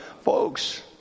Folks